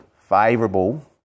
favourable